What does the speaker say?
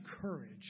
courage